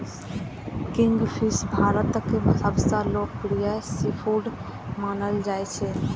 kingfish भारतक सबसं लोकप्रिय सीफूड मानल जाइ छै